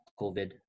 COVID